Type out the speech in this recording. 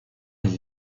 les